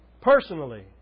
personally